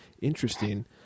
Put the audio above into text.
Interesting